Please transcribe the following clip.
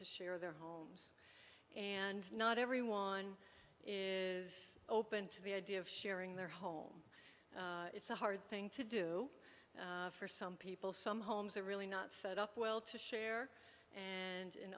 to share their homes and not everyone is open to the idea of sharing their home it's a hard thing to do for some people some homes are really not set up well to share and in